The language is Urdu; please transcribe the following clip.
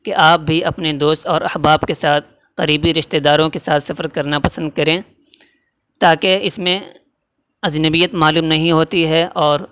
کہ آپ بھی اپنے دوست اور احباب کے ساتھ قریبی رشتےداروں کے ساتھ سفر کرنا پسند کریں تاکہ اس میں اجنبیت معلوم نہیں ہوتی ہے اور